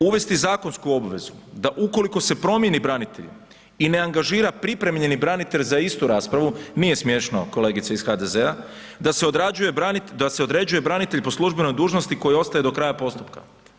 Uvesti zakonsku obvezu da ukoliko se promijeni branitelj i ne angažira pripremljeni branitelj za istu raspravu, nije smiješno kolegice iz HDZ-a, da se određuje branitelj po službenosti koji ostaje do kraja postupka.